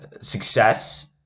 success